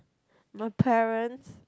my parents